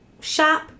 shop